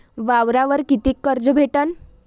वावरावर कितीक कर्ज भेटन?